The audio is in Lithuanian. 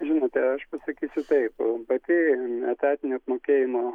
žinote aš pasakysiu taip pati etatinio apmokėjimo